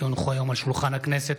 כי הונחו היום על שולחן הכנסת,